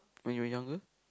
when you were younger